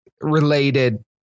related